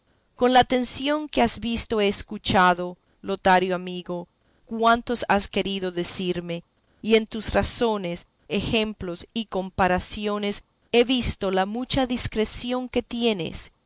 con la atención que has visto he escuchado lotario amigo cuanto has querido decirme y en tus razones ejemplos y comparaciones he visto la mucha discreción que tienes